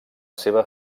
seva